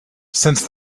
since